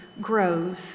grows